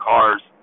Cars